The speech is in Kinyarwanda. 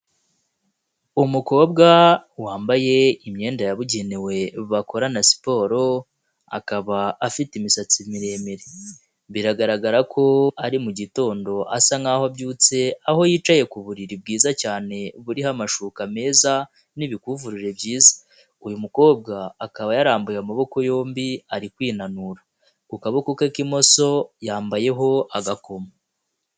Umukobwa wambaye imyenda yabugenewe bakorana siporo, akaba afite imisatsi miremire. Biragaragara ko ari mu gitondo asa nk'aho abyutse, aho yicaye ku buriri bwiza cyane buriho amashuka meza n'ibikuvureri byiza. Uyu mukobwa akaba yarambuye amaboko yombi, ari kwinanura. Ku kaboko ke k'imoso yambayeho agakomo.